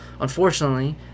Unfortunately